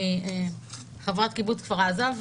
אני חברת קיבוץ כפר-עזה,